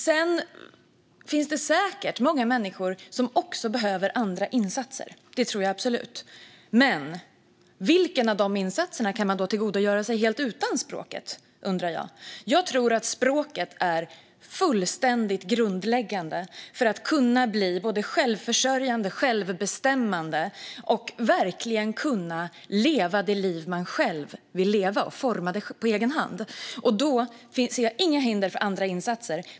Det finns säkert många människor som behöver också andra insatser. Det tror jag absolut. Men jag undrar vilken av de insatserna man kan tillgodogöra sig helt utan språket. Jag tror att språket är grundläggande för att man ska kunna bli både självförsörjande och självbestämmande och för att man verkligen ska kunna leva det liv man själv vill och forma det på egen hand. Jag ser inga hinder för andra insatser.